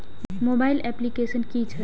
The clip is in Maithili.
मोबाइल अप्लीकेसन कि छै?